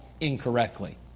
incorrectly